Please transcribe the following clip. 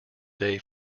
day